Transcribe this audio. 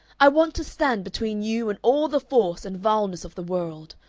i want to stand between you and all the force and vileness of the world.